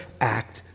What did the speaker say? act